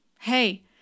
Hey